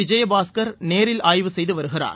விஜயபாஸ்கர் நேரில் ஆய்வு செய்து வருகிறார்